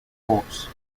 horse